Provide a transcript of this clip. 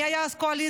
מי היה אז קואליציה,